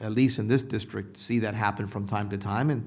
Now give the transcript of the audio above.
at least in this district see that happen from time to time and